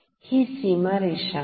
ही सीमारेषा आहे